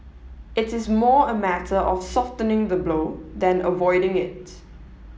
it is more a matter of softening the blow than avoiding it